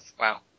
Wow